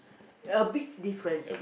a bit different